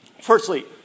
Firstly